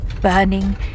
burning